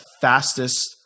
fastest